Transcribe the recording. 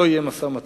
לא יהיה משא-ומתן,